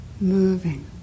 moving